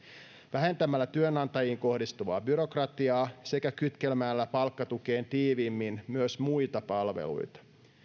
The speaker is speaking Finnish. vähentämällä työnantajiin kohdistuvaa byrokratiaa sekä kytkemällä palkkatukeen tiiviimmin myös muita palveluita